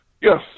Yes